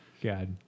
God